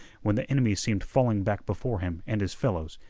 when the enemy seemed falling back before him and his fellows,